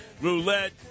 roulette